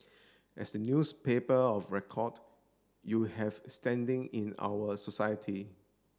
as the newspaper of record you have standing in our society